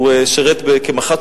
הוא שירת כמח"ט